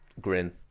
grin